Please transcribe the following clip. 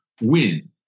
win